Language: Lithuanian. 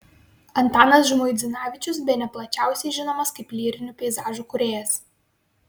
antanas žmuidzinavičius bene plačiausiai žinomas kaip lyrinių peizažų kūrėjas